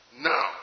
now